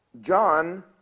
John